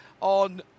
on